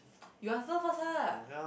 you answer first ah